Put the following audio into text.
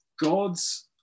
God's